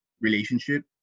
relationship